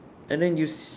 and then this